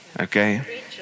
Okay